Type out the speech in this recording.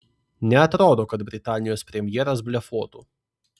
neatrodo kad britanijos premjeras blefuotų